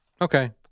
Okay